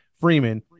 Freeman